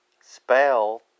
spell